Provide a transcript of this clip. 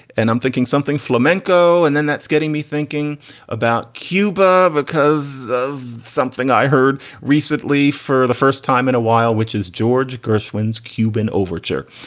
and i'm thinking something flamenco. and then that's getting me thinking about cuba because of something i heard recently for the first time in a while, which is george gershwin's cuban overture.